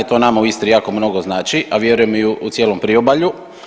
To nama u Istri jako mnogo znači, a vjerujem i u cijelom priobalju.